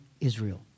Israel